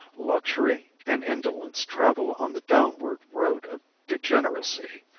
luxury and indolence travel on the downward road of degeneracy.